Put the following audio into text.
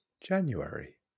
January